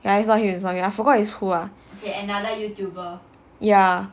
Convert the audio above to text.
ya it's not him it's not him I forgot is who ah ya